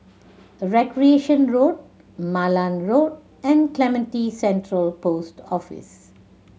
Recreation Road Malan Road and Clementi Central Post Office